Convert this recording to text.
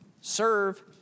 serve